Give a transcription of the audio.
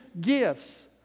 gifts